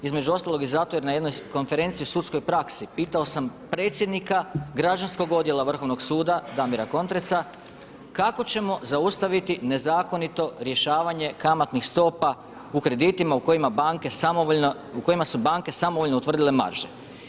Između ostaloga i zato jer na jednoj konferenciji i u sudskoj praksi, pitao sam predsjednika građanskog odjela Vrhovnog suda Damira Kontreca, kako ćemo zaustaviti nezakonito rješavanje kamatnih stopa u kreditima u kojima su banke samovoljno utvrdile marže.